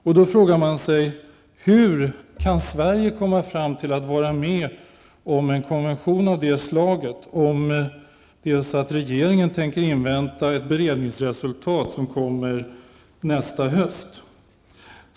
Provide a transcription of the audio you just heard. Då blir frågan: Hur kan man från svensk sida komma fram till att vi skall vara med på en konvention av det slaget om regeringen avser att invänta ett beredningsresultat som kommer nästa höst? Herr talman!